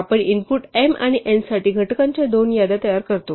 आपण input m आणि n साठी घटकांच्या दोन याद्या तयार करतो